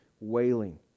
wailing